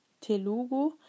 Telugu